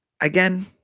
again